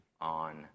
on